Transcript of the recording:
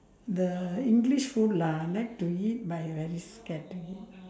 the english food lah like to eat but very scared to eat